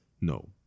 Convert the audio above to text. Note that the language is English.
No